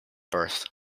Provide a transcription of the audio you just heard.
birth